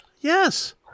Yes